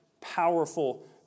powerful